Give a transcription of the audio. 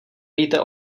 víte